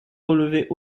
relever